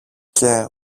και